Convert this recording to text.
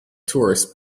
tourists